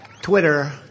Twitter